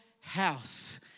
house